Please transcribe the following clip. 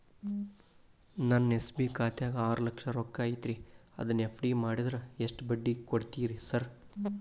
ನನ್ನ ಎಸ್.ಬಿ ಖಾತ್ಯಾಗ ಆರು ಲಕ್ಷ ರೊಕ್ಕ ಐತ್ರಿ ಅದನ್ನ ಎಫ್.ಡಿ ಮಾಡಿದ್ರ ಎಷ್ಟ ಬಡ್ಡಿ ಕೊಡ್ತೇರಿ ಸರ್?